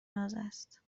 جنازهست